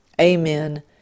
Amen